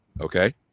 Okay